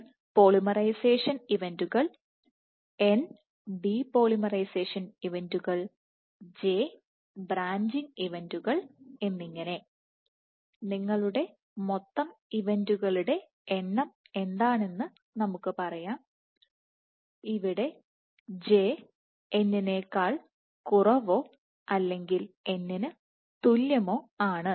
n polymerisation ഇവന്റുകൾ n depolymerisation ഇവന്റുകൾ j branching ഇവന്റുകൾ എന്നിങ്ങനെ നിങ്ങളുടെ മൊത്തം ഇവന്റുകളുടെ എണ്ണം എന്താണെന്ന് നമുക്ക് പറയാം ഇവിടെ j n നേക്കാൾ കുറവോ അല്ലെങ്കിൽ n ന് തുല്യമോ ആണ്